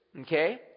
Okay